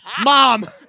mom